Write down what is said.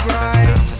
right